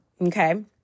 okay